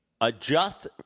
adjust